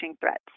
threats